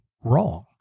wrong